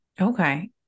Okay